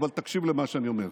אבל תקשיב למה שאני אומר.